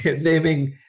naming